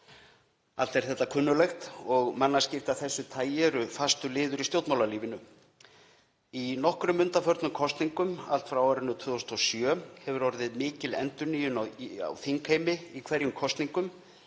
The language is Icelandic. Allt er þetta kunnuglegt og mannaskipti af þessu tagi eru fastur liður í stjórnmálalífinu. Í nokkrum undanförnum kosningum, allt frá árinu 2007, hefur orðið mikil endurnýjun á þingheimi í hverjum kosningum,